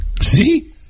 see